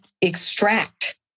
extract